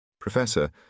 Professor